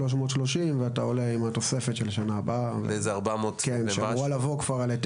רועי ריינשרייבר